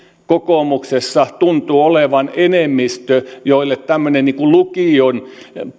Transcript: kokoomuksessa tuntuu olevan enemmistö jolle tämmöinen lukion